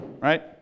right